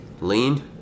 Lean